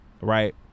Right